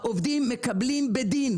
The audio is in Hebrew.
העובדים מקבלים בדין,